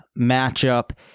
matchup